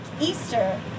Easter